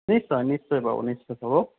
নিশ্চয় নিশ্চয় পাব নিশ্চয় পাব